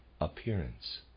appearance